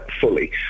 fully